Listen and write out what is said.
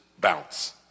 bounce